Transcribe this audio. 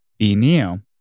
BNeo